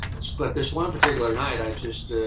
but this one particular night i just,